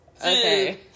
Okay